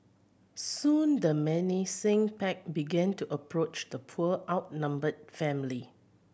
soon the menacing pack began to approach the poor outnumbered family